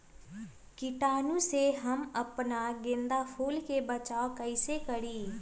कीटाणु से हम अपना गेंदा फूल के बचाओ कई से करी?